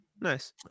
Nice